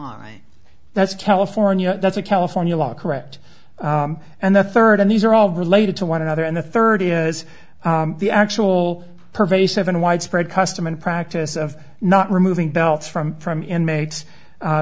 you that's california that's a california law correct and the third and these are all related to one another and the third is the actual pervasive and widespread custom and practice of not removing belts from from inmates